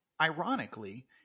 ironically